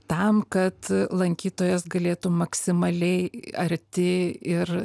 tam kad lankytojas galėtų maksimaliai arti ir